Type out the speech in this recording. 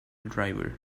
driver